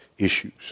issues